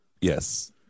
Yes